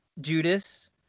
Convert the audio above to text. Judas